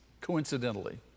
coincidentally